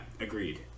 agreed